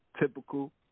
typical